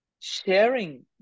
sharing